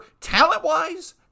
talent-wise